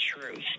truth